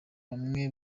bamwe